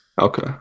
Okay